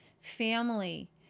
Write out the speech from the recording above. family